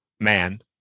man